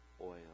oil